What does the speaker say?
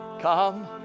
come